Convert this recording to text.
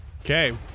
Okay